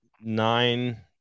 nine